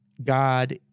God